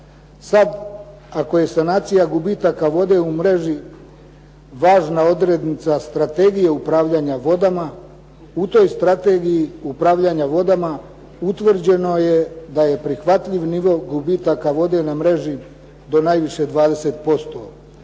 Sad ako je sanacija gubitaka vode u mreži važna odrednica Strategije upravljanja vodama u toj strategiji upravljanja vodama utvrđeno je da je prihvatljiv nivo gubitaka vode na mreži do najviše 20%.